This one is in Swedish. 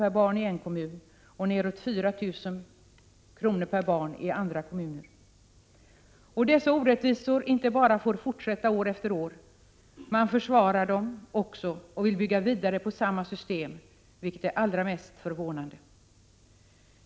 per barn i en kommun och ned till 4 000 kr. per barn i andra kommuner? Dessa orättvisor får inte bara fortsätta år efter år, utan man försvarar dem och vill bygga vidare på samma system, vilket är allra mest förvånande.